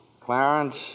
Clarence